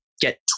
get